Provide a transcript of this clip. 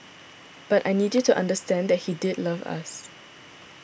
but I need you to understand that he did love us